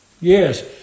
Yes